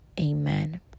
amen